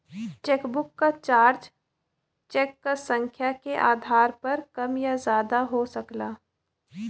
chequebook क charge cheque क संख्या के आधार पर कम या ज्यादा हो सकला